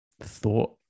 thought